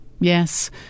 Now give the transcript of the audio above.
Yes